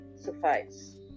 suffice